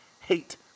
hate